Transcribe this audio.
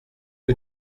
que